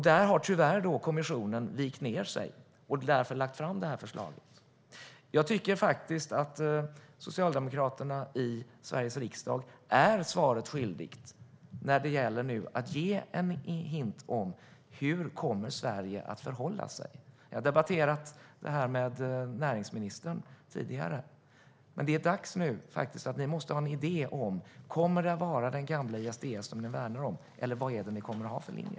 Där har tyvärr kommissionen vikt ned sig och därför lagt fram detta förslag. Jag tycker faktiskt att man från Socialdemokraterna i Sveriges riksdag är svaret skyldig när det gäller att ge en hint om hur Sverige kommer att förhålla sig. Jag har debatterat detta med näringsministern tidigare, men det är faktiskt dags nu. Ni måste ha en idé om huruvida det kommer att vara den gamla ISDS ni värnar om. Vad är det för linje ni kommer att ha?